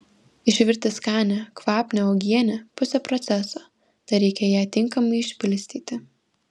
išvirti skanią kvapnią uogienę pusė proceso dar reikia ją tinkamai išpilstyti